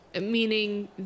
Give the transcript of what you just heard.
Meaning